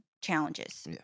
challenges